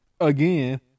again